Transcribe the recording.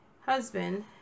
husband